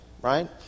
right